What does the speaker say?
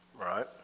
Right